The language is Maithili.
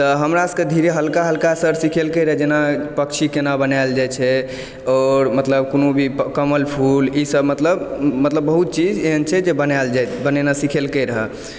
तऽ हमरा सभके धीरे हल्का हल्का सर सिखेलकै रहऽ जेना पक्षी केना बनैल जाइ छै अओर मतलब कुनो भी कमल फूल ईसभ मतलब बहुत चीज एहन छै जे बनैल जाइ बनेनाइ सिखेलकै रहऽ